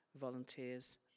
volunteers